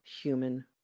human